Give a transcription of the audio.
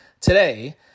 today